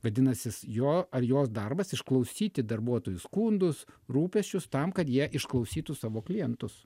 vadinasis jo ar jos darbas išklausyti darbuotojų skundus rūpesčius tam kad jie išklausytų savo klientus